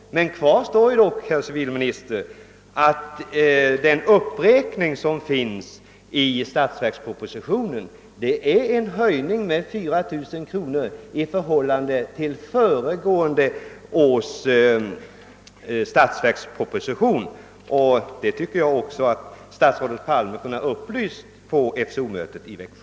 Kvar står dock, herr civilminister, att den uppräkning som finns i statsverkspropositionen är en höjning med 4 000 kronor i förhållande till föregående års statsverksproposition. Jag tycker att statsrådet Palme kunde ha upplyst om detta på FCO-mötet i Växjö.